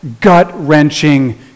gut-wrenching